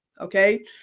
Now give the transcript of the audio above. Okay